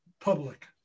public